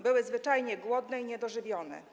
Były zwyczajnie głodne i niedożywione.